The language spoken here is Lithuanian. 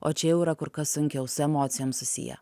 o čia jau yra kur kas sunkiau su emocijom susiję